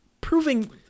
Proving